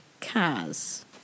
Kaz